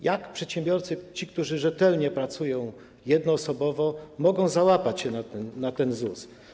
Jak przedsiębiorcy, którzy rzetelnie pracują, jednoosobowo, mogą załapać się na ten ZUS?